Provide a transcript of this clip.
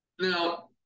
Now